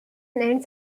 and